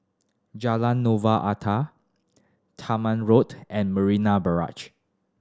Jalan Novena Utara Tangmere Road and Marina Barrage